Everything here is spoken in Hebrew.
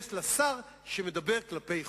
יש לה שר שמדבר כלפי חוץ.